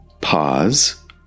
Pause